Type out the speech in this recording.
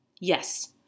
Yes